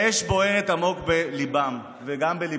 חבריי חברי הכנסת, לאחרונה אנחנו שומעים, כולנו,